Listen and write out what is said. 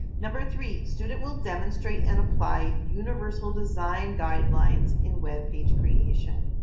number three student will demonstrate and apply universal design guidelines in web page creation.